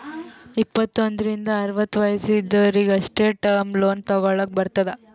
ಇಪ್ಪತ್ತು ಒಂದ್ರಿಂದ್ ಅರವತ್ತ ವಯಸ್ಸ್ ಇದ್ದೊರಿಗ್ ಅಷ್ಟೇ ಟರ್ಮ್ ಲೋನ್ ತಗೊಲ್ಲಕ್ ಬರ್ತುದ್